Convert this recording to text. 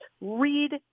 Read